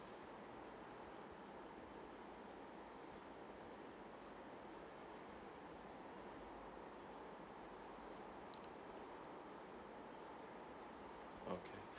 okay